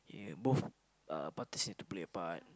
yeah both uh parties need to play a part